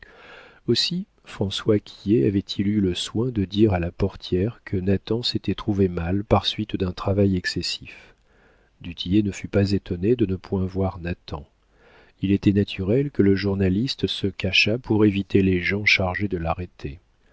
aussi françois quillet avait-il eu le soin de dire à la portière que nathan s'était trouvé mal par suite d'un travail excessif du tillet ne fut pas étonné de ne point voir nathan il était naturel que le journaliste se cachât pour éviter les gens chargés de l'arrêter